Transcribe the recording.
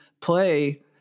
play